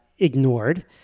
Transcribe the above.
Ignored